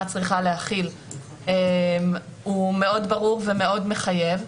צריכה להכיל הוא מאוד ברור ומאוד מחייב.